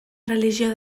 religió